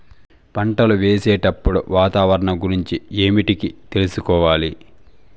పంటలు వేసేటప్పుడు వాతావరణం గురించి ఏమిటికి తెలుసుకోవాలి?